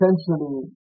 essentially